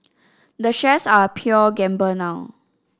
the shares are a pure gamble now